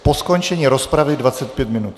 Po skončení rozpravy 25 minut?